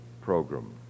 Program